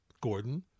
Gordon